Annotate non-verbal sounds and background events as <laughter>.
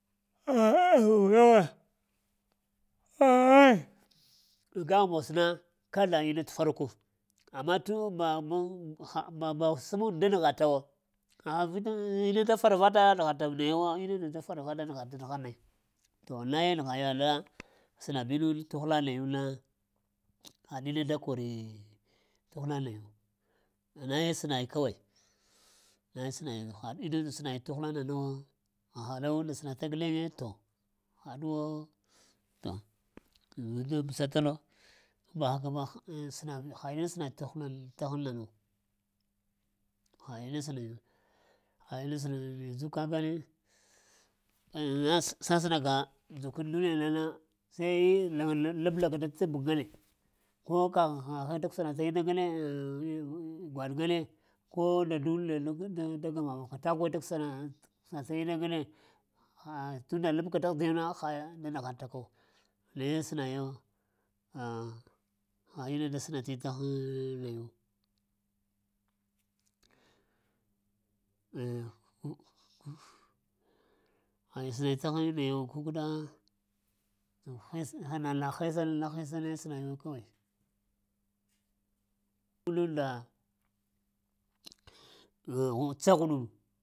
<hesitation> bəga ghumbosna kada inna to faruku amma tuni <hesitation> səma und da nəghataw haha-vitun inna da faravata nəghata naya wo innun nda da faravata nan-nəgha naya to naye nəgha yaɗa sənabi ina tuh-həla nayu na ha ina da kori tuh-hula nay naye sənayi kawai nayi sənayi naye sənayi, tuh-hla naya wo haɗ unda sənaka guleŋe to haɗuwo to, da pəsatalo aŋ ba haka ba səna ha inna tuh-hla-təghŋ naya ha inna sənayiwo, ha inna sənaŋ. yanzu ka gane ah <hesitation> sasənaka aŋ duniya nana <hesitation> lablaka da tə bag ŋgane ko kəgh aŋ ghaŋaghe da kusaɗata inna ŋgave gwaɗ ŋgane <hesitation> taguye <hesitation> inna ŋgane tunda labka da t dah-diyuna ha inna da nəghata ku naye sənato, <hesitation> innunda da sənati taghŋ nayu ha sənay-təghŋ mayawo kukəɗa hes-nana hesa-hesa ne sənay kawai undunda ah gha ca ghuɗum.